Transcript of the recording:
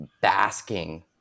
basking